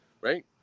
Right